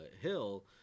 Hill